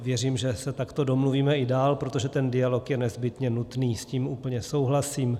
Věřím, že se takto domluvíme i dál, protože ten dialog je nezbytně nutný, s tím úplně souhlasím.